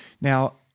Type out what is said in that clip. now